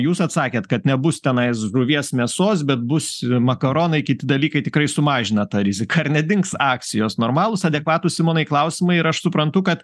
jūs atsakėt kad nebus tenais žuvies mėsos bet bus makaronai kiti dalykai tikrai sumažina tą riziką ar nedings akcijos normalūs adekvatūs simonai klausimai ir aš suprantu kad